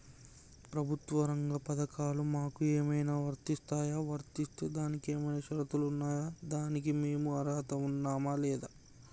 ప్రభుత్వ రంగ పథకాలు మాకు ఏమైనా వర్తిస్తాయా? వర్తిస్తే దానికి ఏమైనా షరతులు ఉన్నాయా? దానికి మేము అర్హత ఉన్నామా లేదా?